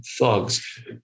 thugs